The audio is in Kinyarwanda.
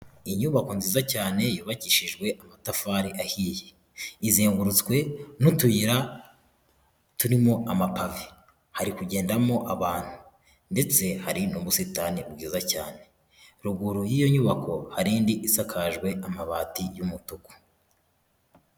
Inyubako nziza cyane, yubakishijwe amatafari ahiye. Izengurutswe n'utuyira turimo amapave. Hari kugendamo abantu ndetse hari n'ubusitani bwiza cyane. Ruguru y'iyo nyubako, hari indi isakajwe amabati y'umutuku.